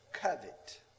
covet